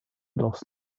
lost